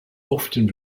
often